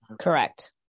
Correct